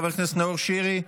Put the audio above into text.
חבר הכנסת נאור שירי,